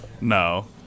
No